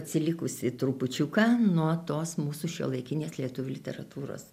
atsilikusi trupučiuką nuo tos mūsų šiuolaikinės lietuvių literatūros